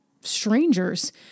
strangers